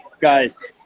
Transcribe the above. Guys